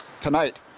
tonight